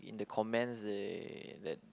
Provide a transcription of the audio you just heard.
in the comments they that